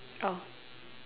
oh